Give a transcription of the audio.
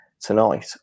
tonight